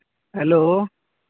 hello